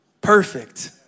perfect